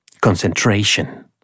concentration